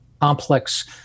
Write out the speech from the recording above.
complex